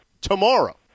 tomorrow